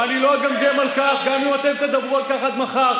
ואני לא אגמגם על כך גם אם אתם תדברו על כך עד מחר.